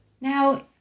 Now